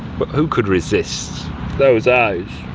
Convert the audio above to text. but who could resist those eyes.